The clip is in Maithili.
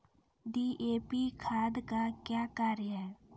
डी.ए.पी खाद का क्या कार्य हैं?